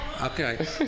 Okay